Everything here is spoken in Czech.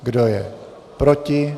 Kdo je proti?